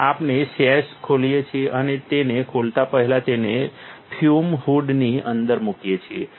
આપણે સેશ ખોલીએ છીએ અને તેને ખોલતા પહેલા તેને ફ્યુમ હૂડની અંદર મૂકીએ છીએ